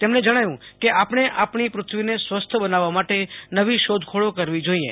તેમણે જણાવ્યુ કે આપણે આપણી પૃથ્વીને સ્વસ્થ બનાવવા માટે નવી શોધખોળો કરવી જોઈએ